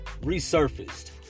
resurfaced